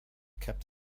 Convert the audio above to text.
kept